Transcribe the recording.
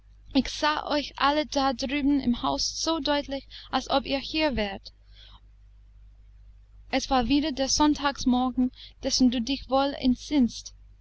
ich sah euch alle da drüben im hause so deutlich als ob ihr hier wäret es war wieder der sonntagsmorgen dessen du dich wohl entsinnst